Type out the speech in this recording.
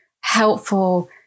helpful